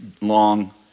long